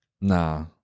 nah